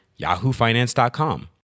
yahoofinance.com